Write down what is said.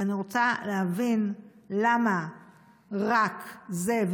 ואני רוצה להבין למה רק זה,